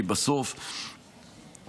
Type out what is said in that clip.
כי בסוף,